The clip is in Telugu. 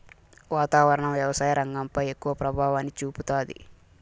వాతావరణం వ్యవసాయ రంగంపై ఎక్కువ ప్రభావాన్ని చూపుతాది